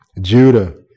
Judah